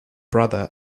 brother